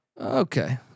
Okay